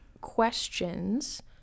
questions